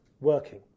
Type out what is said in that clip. working